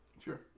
sure